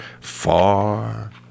far